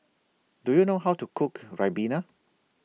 Do YOU know How to Cook Ribena